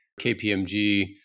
KPMG